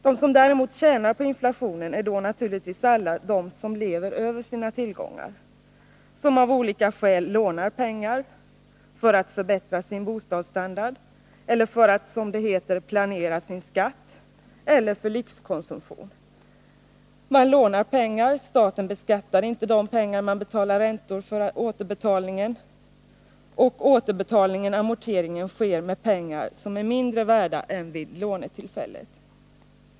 De som däremot tjänar på inflationen är naturligtvis alla de som lever över sina tillgångar, de som av olika skäl lånar pengar — för att förbättra sin bostadsstandard, för att, som det heter, planera sin skatt eller för lyxkonsumtion. Man lånar pengar, staten beskattar inte de pengar man betalar i räntor, och återbetalningen, amorteringen, sker med pengar som är mindre värda än vid lånetillfället.